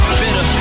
bitter